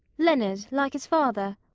leonard, like his father.